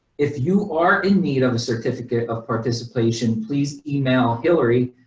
if you are in need of a certificate of participation, please email hillary,